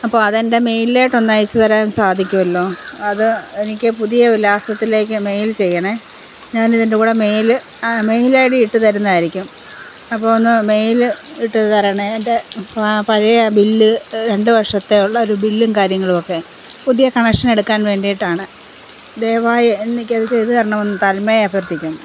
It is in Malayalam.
അപ്പോൾ അതെൻ്റെ മെയിലിലേക്ക് ഒന്ന് അയച്ചുതരാൻ സാധിക്കുമല്ലോ അത് എനിക്ക് പുതിയ വിലാസത്തിലേക്ക് മെയിൽ ചെയ്യണേ ഞാനിതുവരെ മെയില് മെയിൽ ഐ ഡി ഇട്ടുതരുന്നതായിരിക്കും അപ്പോൾ ഒന്ന് മെയില് ഇട്ടു തരണേ എൻ്റെ പഴയ ബില്ല് രണ്ടുവർഷത്തെ ഉള്ള ബില്ലും കാര്യങ്ങളൊക്കെ പുതിയ കണക്ഷൻ എടുക്കാൻ വേണ്ടിയിട്ടാണ് ദയവായി എനിക്കയച്ചു ചെയ്തു തരണമെന്ന് താഴ്മയായി അഭ്യർത്ഥിക്കുന്നു